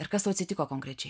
ir kas tau atsitiko konkrečiai